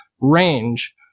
range